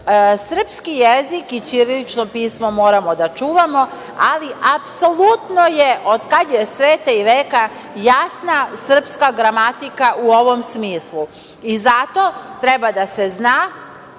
jezik. Srpski jezik i ćirilično pismo moramo da čuvamo, ali apsolutno je od kada je sveta i veka jasna srpska gramatika u ovom smislu. Zato treba da se zna